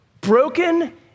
broken